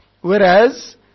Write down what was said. Whereas